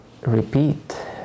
repeat